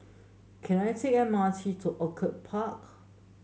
can I take the M R T to Orchid Park